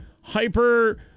hyper